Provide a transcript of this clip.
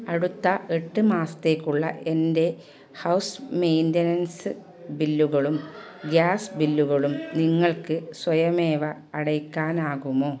അടുത്ത എട്ട് മാസത്തേക്കുള്ള എൻ്റെ ഹൗസ് മെയിൻ്റെനൻസ് ബില്ലുകളും ഗ്യാസ് ബില്ലുകളും നിങ്ങൾക്ക് സ്വയമേവ അടയ്ക്കാനാകുമോ